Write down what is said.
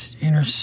inner